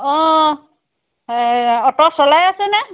অঁ অট' চলাই আছেনে